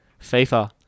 FIFA